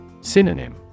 Synonym